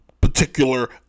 particular